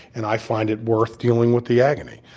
and i find it worth dealing with the agony,